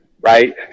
right